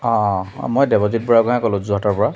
অঁ মই দেৱজিত বুৰাগোহাঞিয়ে ক'লোঁ যোৰহাটৰ পৰা